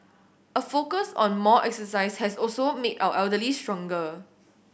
a focus on more exercise has also made our elderly stronger